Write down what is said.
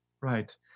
Right